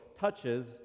touches